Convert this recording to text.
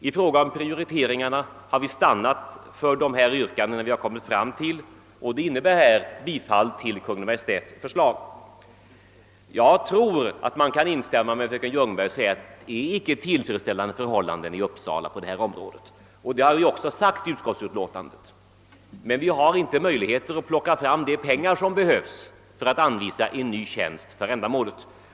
I fråga om prioriteringarna har vi stannat för de yrkanden som framgår av utlåtandet. Det innebär bifall till Kungl. Maj:ts förslag. Jag instämmer med fröken Ljungberg i att det icke är tillfredsställande förhållanden i Uppsala på det här området, och det har vi också sagt i utskottsutlåtandet. Vi har emellertid inte de pengar som behövs för att anvisa en ny tjänst för ändamålet.